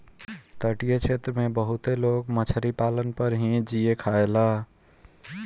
तटीय क्षेत्र में बहुते लोग मछरी पालन पर ही जिए खायेला